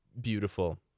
beautiful